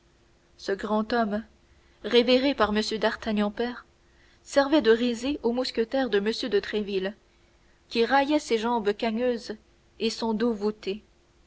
ce grand homme révéré par m d'artagnan père servait de risée aux mousquetaires de m de tréville qui raillaient ses jambes cagneuses et son dos voûté